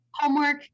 Homework